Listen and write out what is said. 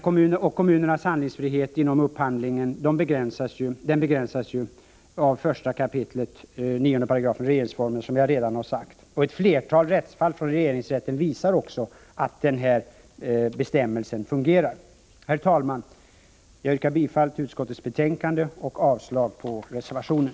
Kommunernas handlingsfrihet inom upphandlingen begränsas nämligen av 1 kap. 9 § regeringsformen, som jag redan har sagt. Ett flertal rättsfall från regeringsrätten visar också att tillämpningen av denna bestämmelse fungerar. Herr talman! Jag yrkar bifall till utskottets hemställan och avslag på reservationen.